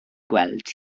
gweld